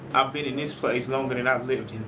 i've been in this place longer than i've lived